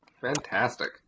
fantastic